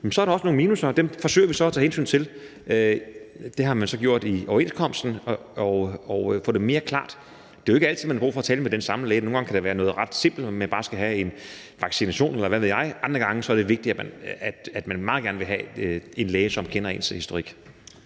så er der også nogle minusser, og dem forsøger vi så at tage hensyn til og få klarlagt mere. Det har man så gjort i overenskomsten. Det er jo ikke altid, at man har brug for at tale med den samme læge. Nogle gange kan det være noget ret simpelt, hvor man bare skal have en vaccination, eller hvad ved jeg; andre gange vil man meget gerne have en læge, som kender ens historik.